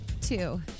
two